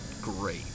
great